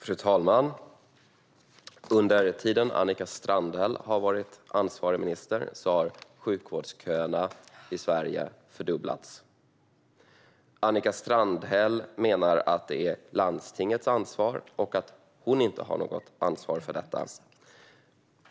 Fru talman! Under den tid som Annika Strandhäll har varit ansvarig minister har sjukvårdsköerna i Sverige fördubblats. Annika Strandhäll menar att det är landstingets ansvar och att hon inte har något ansvar för detta.